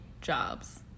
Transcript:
jobs